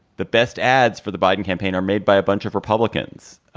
the best ads for the biden campaign are made by a bunch of republicans.